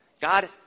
God